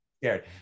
scared